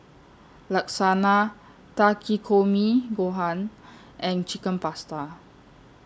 Lasagne Takikomi Gohan and Chicken Pasta